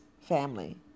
family